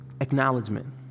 acknowledgement